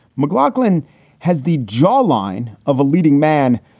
mcglocklin has the jawline of a leading man,